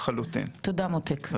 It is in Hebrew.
לחלוטין.